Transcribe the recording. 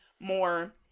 more